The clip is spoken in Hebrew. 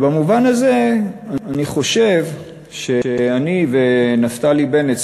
במובן הזה אני חושב שאני ונפתלי בנט,